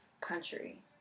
country